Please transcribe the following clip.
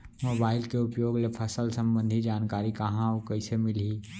Mobile के उपयोग ले फसल सम्बन्धी जानकारी कहाँ अऊ कइसे मिलही?